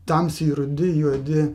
tamsiai rudi juodi